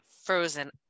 Frozen